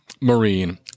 Marine